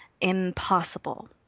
impossible